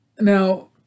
Now